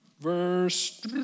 Verse